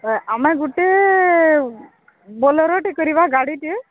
ଆମେ ଗୁଟେ ବୋଲେରୋଟେ କରିବା ଗାଡ଼ିଟିଏ